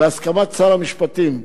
בהסכמת שר המשפטים.